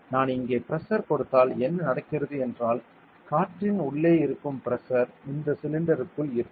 எனவே நான் இங்கே பிரஷர் கொடுத்தால் என்ன நடக்கிறது என்றால் காற்றின் உள்ளே இருக்கும் பிரஷர் இந்த சிலிண்டருக்குள் இருக்கும்